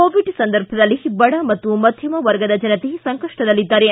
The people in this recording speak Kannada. ಕೋವಿಡ್ ಸಂದರ್ಭದಲ್ಲಿ ಬಡ ಹಾಗೂ ಮಧ್ಯಮ ವರ್ಗದ ಜನತೆ ಸಂಕಷ್ಟದಲ್ಲಿದ್ದಾರೆ